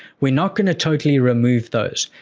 we're not going to totally remove those.